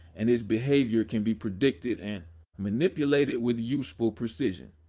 and its behavior can be predicted and manipulated with useful precision.